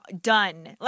done